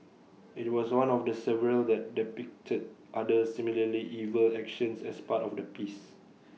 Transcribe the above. IT was one of the several that depicted other similarly evil actions as part of the piece